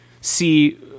see